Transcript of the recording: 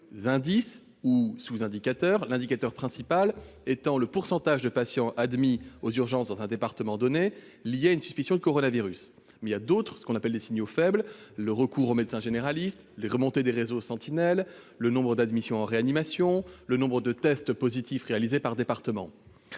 indices ou sous-indicateurs : l'indicateur principal- le pourcentage de patients admis aux urgences dans un département donné en lien avec une suspicion de coronavirus -et ce que l'on appelle des signaux faibles- le recours aux médecins généralistes, les remontées des réseaux sentinelles, le nombre d'admissions en réanimation, le nombre de tests positifs réalisés par département.